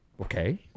Okay